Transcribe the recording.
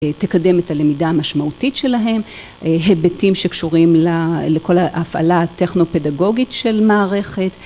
תקדם את הלמידה המשמעותית שלהם, היבטים שקשורים לכל ההפעלה הטכנופדגוגית של מערכת.